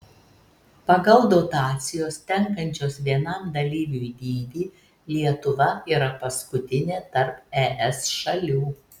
pagal dotacijos tenkančios vienam dalyviui dydį lietuva yra paskutinė tarp es šalių